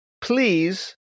please